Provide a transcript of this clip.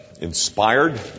inspired